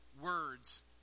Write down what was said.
words